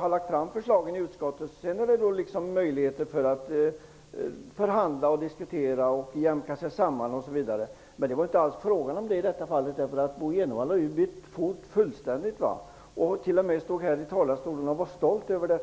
har lagts fram i utskottet finns det sedan möjligheter att förhandla, diskutera och jämka sig samman. Men det var inte alls frågan om detta i det här fallet. Bo Jenevall har ju bytt fot fullständigt, och han stod t.o.m. här i talarstolen och var stolt över det.